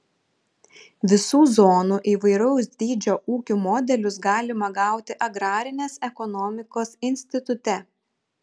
visų zonų įvairaus dydžio ūkių modelius galima gauti agrarinės ekonomikos institute